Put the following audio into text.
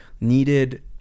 needed